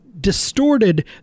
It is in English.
distorted